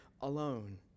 alone